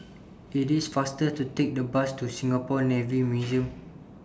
IT IS faster to Take The Bus to Singapore Navy Museum